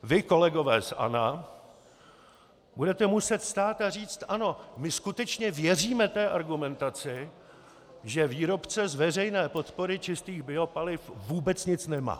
Vy, kolegové z ANO, budete muset vstát a říci: Ano, my skutečně věříme té argumentace, že výrobce z veřejné podpory čistých biopaliv vůbec nic nemá.